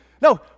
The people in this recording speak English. No